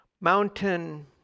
Mountain